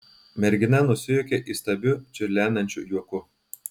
mergina nusijuokė įstabiu čiurlenančiu juoku